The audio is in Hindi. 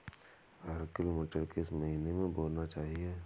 अर्किल मटर किस महीना में बोना चाहिए?